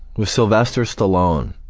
with sylvester stallone,